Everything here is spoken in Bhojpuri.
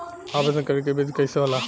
आवेदन करे के विधि कइसे होला?